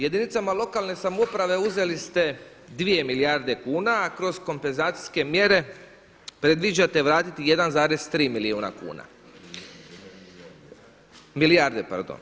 Jedinicama lokalne samouprave uzeli set dvije milijarde kuna, a kroz kompenzacijske mjere predviđate vratiti 1,3 milijarde.